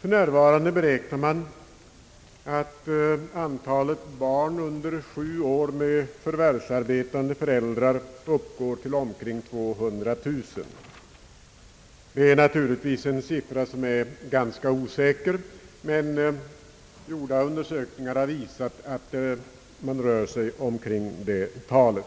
För närvarande beräknar man att antalet barn under sju år med förvärvsarbetande föräldrar uppgår till omkring 200 000. Det är naturligtvis en ganska osäker siffra, men gjorda undersökningar har visat att man rör sig omkring det talet.